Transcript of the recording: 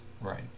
Right